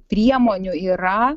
priemonių yra